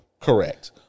Correct